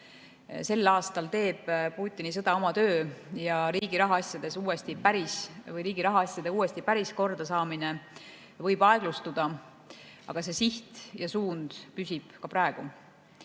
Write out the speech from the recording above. Sel aastal teeb Putini sõda oma töö ja riigi rahaasjade uuesti päris korda saamine võib aeglustuda. Aga see siht ja suund püsib ka praegu.